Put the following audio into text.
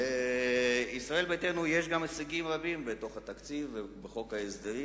לישראל ביתנו יש הישגים רבים בתקציב ובחוק ההסדרים.